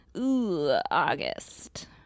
August